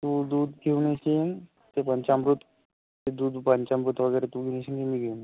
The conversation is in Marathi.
तू दूध घेऊन येशील ते पंचामृत ते दूध पंचामृत वगैरे तू घेऊन येशील की मी घेऊन येऊ